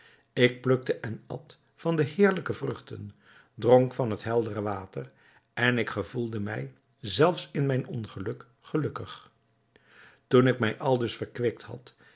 ik plukte en at van de heerlijke vruchten dronk van het heldere water en ik gevoelde mij zelfs in mijn ongeluk gelukkig toen ik mij aldus verkwikt had